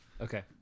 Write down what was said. Okay